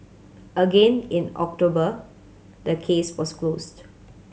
again in October the case was closed